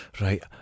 Right